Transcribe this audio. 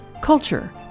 culture